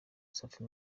safi